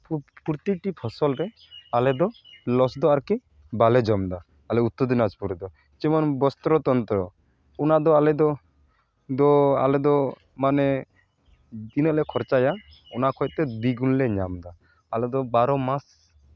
ᱠᱷᱩᱵᱽ ᱯᱨᱚᱛᱤᱴᱤ ᱯᱷᱚᱥᱚᱞ ᱨᱮ ᱟᱞᱮ ᱫᱚ ᱞᱚᱥ ᱫᱚ ᱟᱨᱠᱤ ᱵᱟᱞᱮ ᱡᱚᱢ ᱮᱫᱟ ᱟᱞᱮ ᱩᱛᱛᱚᱨ ᱫᱤᱱᱟᱡᱽᱯᱩᱨ ᱨᱮᱫᱚ ᱡᱮᱢᱚᱱ ᱵᱚᱥᱛᱨᱚ ᱛᱚᱱᱛᱨᱚ ᱚᱱᱟᱫᱚ ᱟᱞᱮ ᱫᱚ ᱫᱚ ᱟᱞᱮ ᱫᱚ ᱢᱟᱱᱮ ᱛᱤᱱᱟᱹᱜ ᱞᱮ ᱠᱷᱚᱨᱪᱟᱭᱟ ᱚᱱᱟ ᱠᱷᱚᱱ ᱛᱮ ᱫᱤᱜᱩᱱ ᱞᱮ ᱧᱟᱢ ᱮᱫᱟ ᱟᱞᱮ ᱫᱚ ᱵᱟᱨᱚ ᱢᱟᱥ